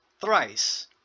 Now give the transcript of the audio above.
thrice